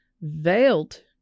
veiled